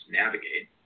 navigate